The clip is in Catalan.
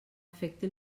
afecti